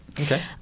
Okay